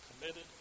committed